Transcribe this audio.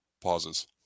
pauses